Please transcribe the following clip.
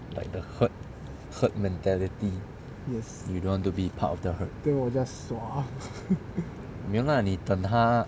like the herd herd mentality you don't want to be part of the herd 没有 lah 你等她